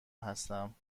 هستم